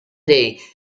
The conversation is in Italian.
dei